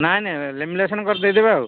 ନାଇଁ ନାଇଁ ଲେମିଲେସନ କରି ଦେଇଦେବେ ଆଉ